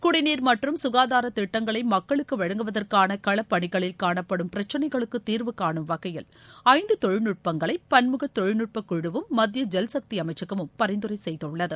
குடிநீர் மற்றும் சுகாதார திட்டங்களை மக்களுக்கு வழங்குவதற்கான களப்பணிகளில் காணப்படும் பிரச்சினைகளுக்கு தீர்வு கானும் வகையில் ஐந்து தொழில்நட்பங்களை பன்முக தொழில்நட்ப குழுவும் மத்திய ஜல்சக்தி அமைச்சகமும் பரிந்துரை செய்துள்ளது